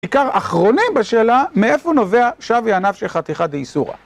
עיקר אחרונים בשאלה מאיפה נובע שוויא אנפשיה חתיכא דאיסורא.